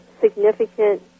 significant